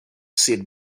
sid